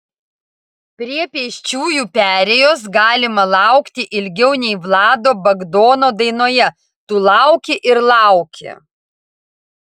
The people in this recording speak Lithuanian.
prie pėsčiųjų perėjos galima laukti ilgiau nei vlado bagdono dainoje tu lauki ir lauki